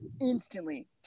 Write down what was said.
instantly